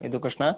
Yadu Krishna